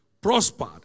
prospered